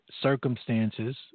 circumstances